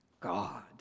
God